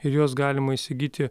ir juos galima įsigyti